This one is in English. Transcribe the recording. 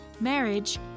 marriage